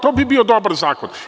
To bi bio dobar zakon.